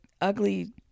Ugly